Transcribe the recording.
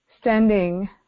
standing